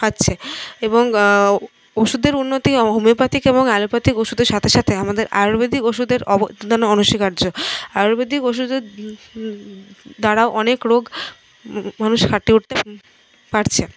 পাচ্ছে এবং ওষুধের উন্নতি হোমিওপ্যাথিক এবং অ্যালোপাথিক ওষুধের সাথে আমাদের আয়ুর্বেদিক ওষুধের অবদানও অনস্বীকার্য আয়ুর্বেদিক ওষুধের দ্বারাও অনেক রোগ মানুষ কাটিয়ে উঠতে পারছে